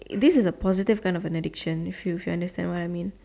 this is a positive kind of an addiction if you you understand what I mean